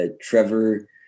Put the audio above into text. Trevor